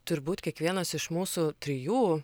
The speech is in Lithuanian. turbūt kiekvienas iš mūsų trijų